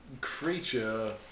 creature